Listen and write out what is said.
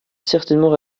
certainement